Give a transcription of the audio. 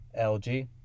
LG